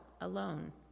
alone